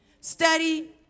study